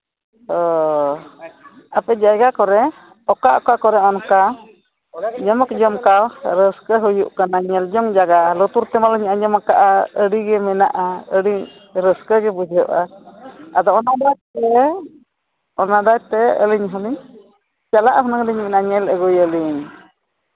ᱚ ᱟᱯᱮ ᱡᱟᱭᱜᱟ ᱠᱚᱨᱮ ᱚᱠᱟ ᱚᱠᱟ ᱠᱚᱨᱮ ᱚᱱᱠᱟ ᱡᱚᱢᱚᱠ ᱡᱚᱢᱠᱟᱣ ᱨᱟᱹᱥᱠᱟᱹ ᱦᱩᱭᱩᱜ ᱠᱟᱱᱟ ᱧᱮᱞ ᱡᱚᱝ ᱡᱟᱭᱜᱟ ᱞᱩᱛᱩᱨ ᱛᱮᱦᱚᱧ ᱟᱸᱡᱚᱢ ᱠᱟᱜᱼᱟ ᱟᱹᱰᱤᱜᱮ ᱢᱮᱱᱟᱜᱼᱟ ᱟᱹᱰᱤ ᱨᱟᱹᱥᱠᱟᱹ ᱜᱮ ᱵᱩᱡᱷᱟᱹᱜᱼᱟ ᱟᱫᱚ ᱚᱱᱟ ᱵᱟᱫᱽ ᱫᱤᱭᱮ ᱚᱱᱟᱫᱚ ᱮᱱᱛᱮᱫ ᱟᱹᱞᱤᱧ ᱦᱚᱸᱞᱤᱧ ᱪᱟᱞᱟᱜᱼᱟ ᱦᱩᱱᱟᱹᱝ ᱞᱤᱧ ᱚᱱᱟ ᱧᱮᱞ ᱟᱹᱜᱩᱭᱟᱞᱤᱧ